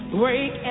break